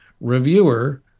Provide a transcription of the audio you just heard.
reviewer